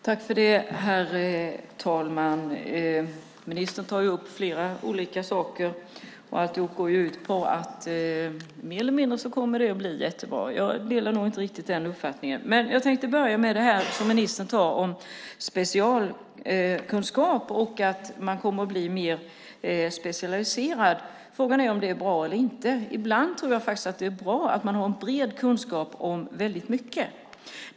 Herr talman! Ministern tar upp flera olika saker. Alltihop går ut på att det hela mer eller mindre kommer att bli jättebra. Jag delar inte riktigt den uppfattningen. Jag tänkte börja med det som ministern tar upp om specialkunskap och att man kommer att bli mer specialiserad. Frågan är om det är bra eller inte. Ibland tror jag faktiskt att det är bra att man har en bred kunskap om väldigt mycket.